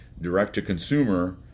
direct-to-consumer